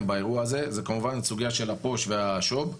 באירוע הזה זה כמובן הסוגייה של הפו"ש והשו"ב,